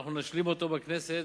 ואנחנו נשלים אותו בכנסת,